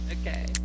okay